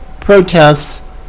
protests